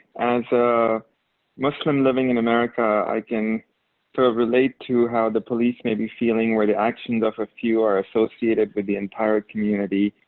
as a muslim living in america i can relate to how the police may be feeling where the actions of a few are associated with the entire community.